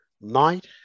night